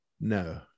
no